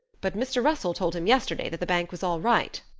but mr. russell told him yesterday that the bank was all right.